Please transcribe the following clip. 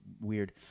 weird